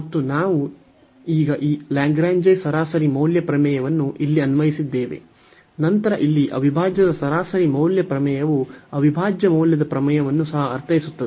ಮತ್ತು ಈಗ ನಾವು ಈ ಲಾಗ್ರೇಂಜ್ ಸರಾಸರಿ ಮೌಲ್ಯ ಪ್ರಮೇಯವನ್ನು ಇಲ್ಲಿ ಅನ್ವಯಿಸಿದ್ದೇವೆ ನಂತರ ಇಲ್ಲಿ ಅವಿಭಾಜ್ಯದ ಸರಾಸರಿ ಮೌಲ್ಯ ಪ್ರಮೇಯವು ಅವಿಭಾಜ್ಯ ಮೌಲ್ಯದ ಪ್ರಮೇಯವನ್ನು ಸಹ ಅರ್ಥೈಸುತ್ತದೆ